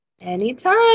Anytime